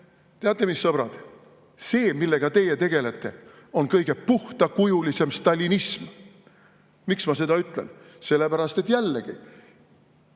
Teate mis, sõbrad? See, millega teie tegelete, on kõige puhtakujulisem stalinism. Miks ma seda ütlen? Siis, kui oli